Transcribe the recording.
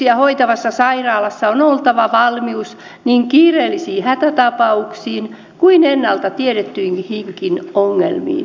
synnytyksiä hoitavassa sairaalassa on oltava valmius niin kiireellisiin hätätapauksiin kuin ennalta tiedettyihinkin ongelmiin